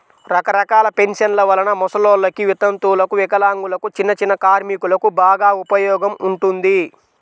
రకరకాల పెన్షన్ల వలన ముసలోల్లకి, వితంతువులకు, వికలాంగులకు, చిన్నచిన్న కార్మికులకు బాగా ఉపయోగం ఉంటుంది